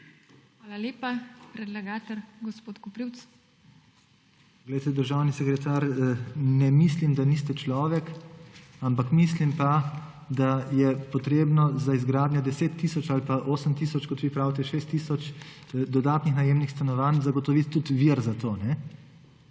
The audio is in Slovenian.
**MAG. MARKO KOPRIVC (PS SD):** Glejte, državni sekretar, ne mislim, da niste človek, ampak mislim pa, da je potrebno za izgradnjo 10 tisoč ali pa osem tisoč, kot vi pravite, šest tisoč dodatnih najemnih stanovanj zagotoviti tudi vir za to.